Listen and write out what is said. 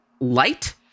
light